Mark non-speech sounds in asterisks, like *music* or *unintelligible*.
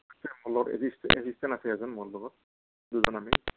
*unintelligible* assistant এজন আছে মোৰ লগত দুজন আমি